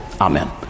amen